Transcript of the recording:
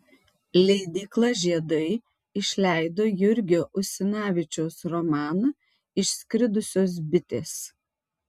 leidykla žiedai išleido jurgio usinavičiaus romaną išskridusios bitės